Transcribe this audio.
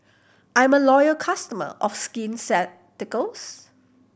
I'm a loyal customer of Skin Ceuticals